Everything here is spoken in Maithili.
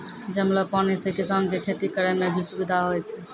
जमलो पानी से किसान के खेती करै मे भी सुबिधा होय छै